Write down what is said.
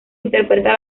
interpreta